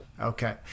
Okay